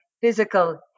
physical